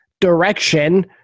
direction